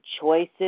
choices